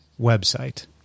website